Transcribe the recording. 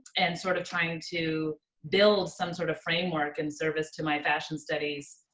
and sort of trying to build some sort of framework and service to my fashion studies